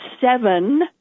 seven